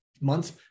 months